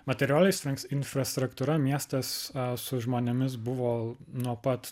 materialiai slinks infrastruktūra miestas su žmonėmis buvo nuo pat